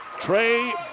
Trey